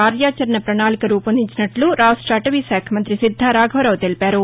కార్యాచరణ ప్రణాళిక రూపొందించినట్లు రాష్ట్ర అటవీ శాఖ మంత్రి శిద్దా రాఘవరావు తెలిపారు